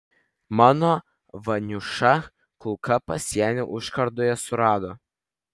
mano vaniušą kulka pasienio užkardoje surado